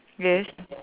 yes